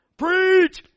preach